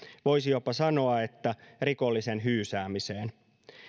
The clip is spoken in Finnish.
voisi jopa sanoa että rikollisen hyysäämiseen